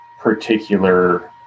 particular